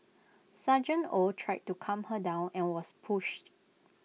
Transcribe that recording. Sgt oh tried to calm her down and was pushed